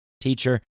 teacher